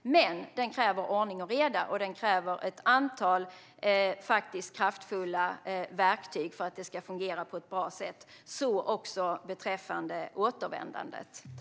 Men den kräver ordning och reda, och den kräver ett antal kraftfulla verktyg för att det ska fungera på ett bra sätt. Så är det också beträffande återvändandet.